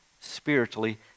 spiritually